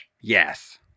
Yes